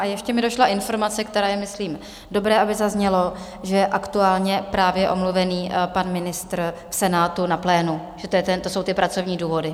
A ještě mi došla informace, která je myslím dobré, aby zazněla, že je aktuálně právě omluvený pan ministr v Senátu na plénu, že to jsou ty pracovní důvody.